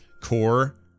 Core